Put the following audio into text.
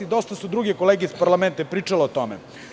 Dosta su druge kolege iz parlamenta pričale o tome.